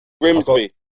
Grimsby